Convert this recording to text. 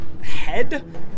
head